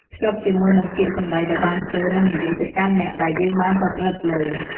ភ្ជាប់ជាមួយនឹងពាក្យសម្ដីដែលបានធ្វើនិងនិយាយទៅកាន់អ្នកដែលយើងបានប្រព្រឹត្តលើ។